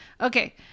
Okay